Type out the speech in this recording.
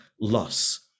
loss